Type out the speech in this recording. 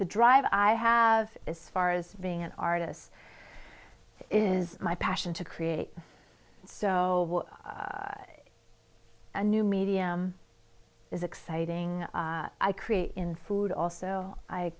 the drive i have as far as being an artist is my passion to create so a new medium is exciting i create in food also i